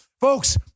Folks